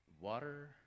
water